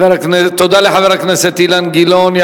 תודה לחבר הכנסת אילן גילאון.